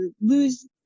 lose